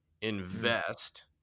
invest